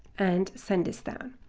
and send this down.